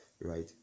right